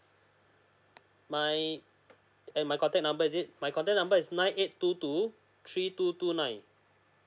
my and my contact number is it my contact number is nine eight two two three two two nine